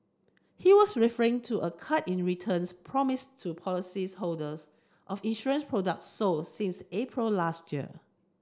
he was referring to a cut in returns promised to polices holders of insurance product sold since April last year